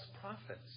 prophets